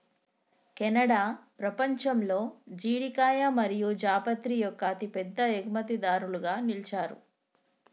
Canada పపంచంలో జీడికాయ మరియు జాపత్రి యొక్క అతిపెద్ద ఎగుమతిదారులుగా నిలిచారు